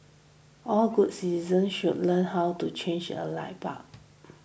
all good citizens should learn how to change a light bulb